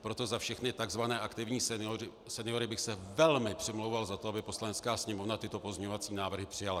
Proto za všechny takzvané aktivní seniory bych se velmi přimlouval za to, aby Poslanecká sněmovna tyto pozměňovací návrhy přijala.